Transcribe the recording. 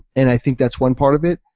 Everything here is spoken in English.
and i think that's one part of it.